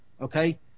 okay